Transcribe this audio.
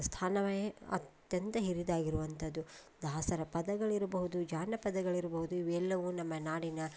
ಸ್ಥಾನವೇ ಅತ್ಯಂತ ಹಿರಿದಾಗಿರುವಂಥದ್ದು ದಾಸರ ಪದಗಳಿರ್ಬಹ್ದು ಜಾನಪದಗಳಿರ್ಬಹ್ದು ಇವೆಲ್ಲವು ನಮ್ಮ ನಾಡಿನ